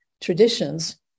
traditions